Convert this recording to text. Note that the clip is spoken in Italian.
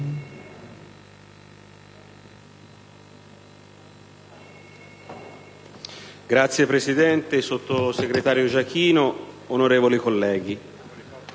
Signor Presidente, sottosegretario Gioachino, onorevoli colleghi,